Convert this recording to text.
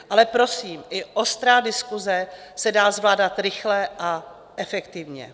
Ale prosím, i ostrá diskuse se dá zvládat rychle a efektivně.